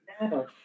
No